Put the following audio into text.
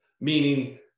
meaning